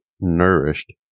nourished